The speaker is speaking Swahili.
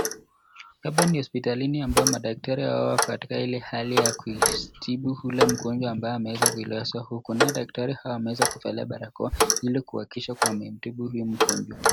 Hapa ni hospitalini ambao madaktari hawa wako katika ile hali ya kuitibu ule mgonjwa ambaye ameweza kulazwa huko. Nao daktari hao wameweza kuvalia barakoa ili kuhakikisha kua wamemtibu huyo mgonjwa.